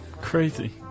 Crazy